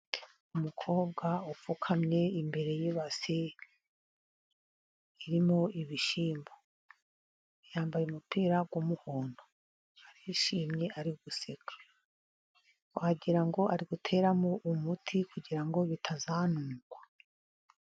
Umukobwa upfukamye imbere y'ibase irimo ibishyimbo. Yambaye umupira w'umuhondo arishimye ari guseka. Wagira ngo ari guteramo umuti kugira ngo bitazamungwa.